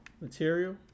material